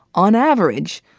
on average,